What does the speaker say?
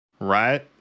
Right